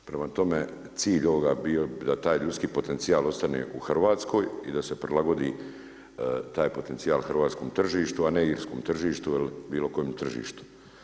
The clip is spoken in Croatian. Prema tome, cilj ovoga bio bi da taj ljudski potencijal ostane u Hrvatskoj i da se prilagodi taj potencijal hrvatskom tržištu, a ne irskom tržištu ili bilo kojem tržištu.